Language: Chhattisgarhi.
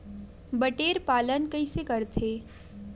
बटेर पालन कइसे करथे?